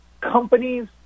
companies